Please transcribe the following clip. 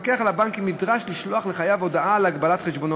המפקח על הבנקים נדרש לשלוח לחייב הודעה על הגבלת חשבונו.